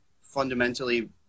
fundamentally